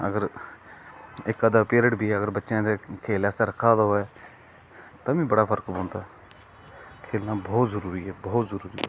अगर इक अद्धा पीरिड बी बच्चे दा खेल आस्तै रक्खा दा होऐ तां बी बड़ा फर्क पौंदा खेलना बहुत जरुरी ऐ बहुत जरुरी ऐ